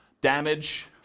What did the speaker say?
Damage